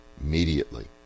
immediately